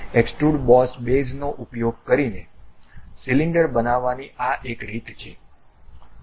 extrude boss બેઝનો ઉપયોગ કરીને સિલિન્ડર બનાવવાની આ એક રીત છે